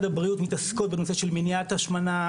הבריאות שמתעסקות בנושא של מניעת השמנה,